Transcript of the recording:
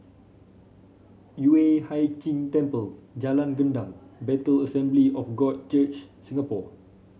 Yueh Hai Ching Temple Jalan Gendang Bethel Assembly of God Church Singapore